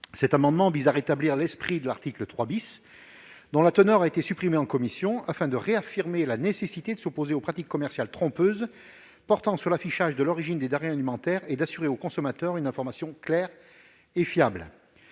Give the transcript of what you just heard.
Cet amendement vise à rétablir l'esprit de l'article 3 , dont la teneur a été supprimée en commission, afin de réaffirmer la nécessité de s'opposer aux pratiques commerciales trompeuses portant sur l'affichage de l'origine des denrées alimentaires et d'assurer aux consommateurs une information claire et fiable.